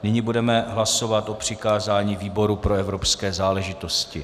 Nyní budeme hlasovat o přikázání výboru pro evropské záležitosti.